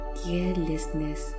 carelessness